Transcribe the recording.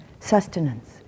Sustenance